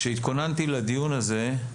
כשהתכוננתי לדיון הזה,